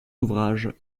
ouvrages